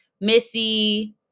Missy